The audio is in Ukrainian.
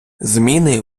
зміни